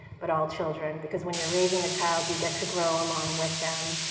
but all children. because when you're raising a child, you get to grow along with them.